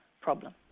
problem